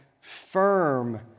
firm